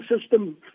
system